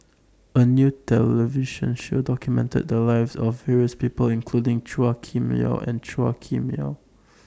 A New television Show documented The Lives of various People including Chua Kim Yeow and Chua Kim Yeow